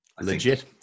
Legit